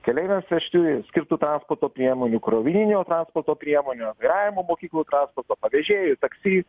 keleiviams vežti skirtų transporto priemonių krovininio transporto priemonių vairavimo mokyklų transporto pavėžėjų taksi